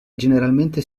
generalmente